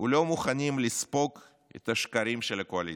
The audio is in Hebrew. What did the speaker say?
ולא מוכנים לספוג את השקרים של הקואליציה.